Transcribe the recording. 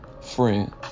friend